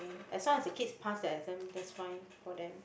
as long as the kids pass their exam that's fine for them